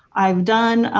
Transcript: i have done